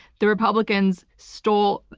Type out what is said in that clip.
the republicans stole.